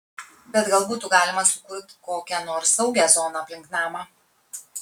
bet gal būtų galima sukurti kokią nors saugią zoną aplink namą